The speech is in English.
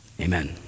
Amen